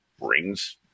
rings